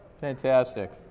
Fantastic